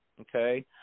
okay